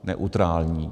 Neutrální.